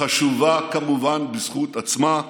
חשובה כמובן בזכות עצמה,